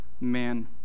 man